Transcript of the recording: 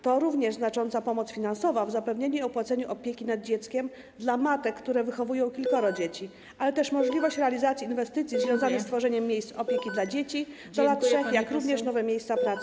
To również znacząca pomoc finansowa w zapewnieniu i opłaceniu opieki nad dzieckiem dla matek, które wychowują kilkoro dzieci, ale też możliwość realizacji inwestycji związanych z tworzeniem miejsc opieki dla dzieci do lat 3, jak również nowe miejsca pracy.